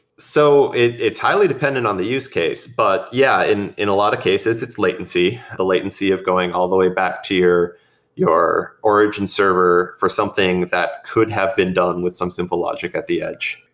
so it's is highly dependent on the use case, but, yeah, in in a lot of cases it's latency. the latency of going all the way back to your your origin server for something that could have been done with some simple logic at the edge.